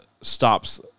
Stops